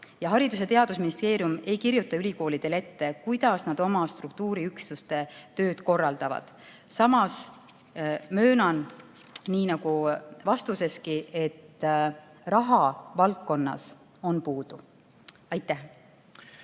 Haridus- ja Teadusministeerium ei kirjuta ülikoolidele ette, kuidas nad oma struktuuriüksuste tööd korraldavad. Samas ma möönan, et raha on selles valdkonnas puudu. Aitäh!